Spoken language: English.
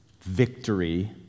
victory